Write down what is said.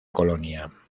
colonia